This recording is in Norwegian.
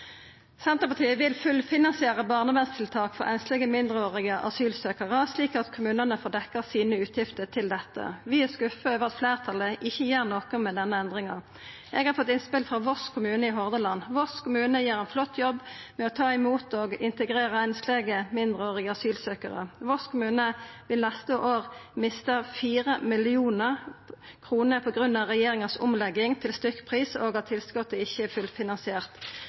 Senterpartiet vil fullfinansiera barnevernstiltak for einslege mindreårige asylsøkjarar, slik at kommunane får dekt utgiftene sine til dette. Vi er skuffa over at fleirtalet ikkje gjer noko med denne endringa. Eg har fått innspel frå Voss kommune i Hordaland. Voss kommune gjer ein flott jobb med å ta imot og integrera einslege mindreårige asylsøkjarar. Voss kommune vil neste år mista 4 mill. kr på grunn av regjeringa si omlegging til stykkpris og at tilskotet ikkje er fullfinansiert.